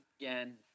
again